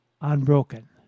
unbroken